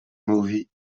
movie